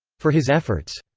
for his efforts.